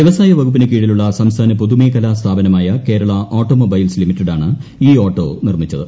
വ്യവസായ വകുപ്പിന്റ് കീഴിലുള്ള സംസ്ഥാന പൊതുമേഖലാ സ്ഥാപനമായ ക്ടേരളാ ഓട്ടോ മൊബൈൽസ് ലിമിറ്റഡാണ് ഇ ഓട്ടോ നിർമിച്ചത്